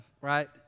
right